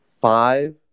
five